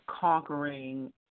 conquering